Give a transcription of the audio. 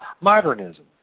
Modernism